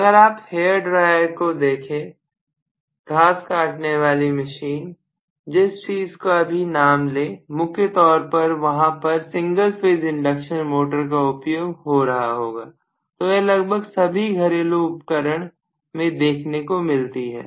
अगर आप hair dryer को देखें घास काटने वाली मशीन जिस चीज का भी नाम ले मुख्य तौर पर वहां पर सिंगल फेज इंडक्शन मोटर का उपयोग हो रहा होगा तो यह लगभग सभी घरेलु उपकरण में देखने को मिलती हैं